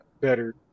better